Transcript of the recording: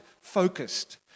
focused